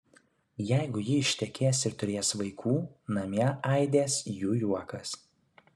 jeigu ji ištekės ir turės vaikų namie aidės jų juokas